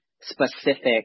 specific